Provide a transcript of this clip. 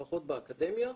לפחות באקדמיה,